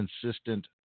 consistent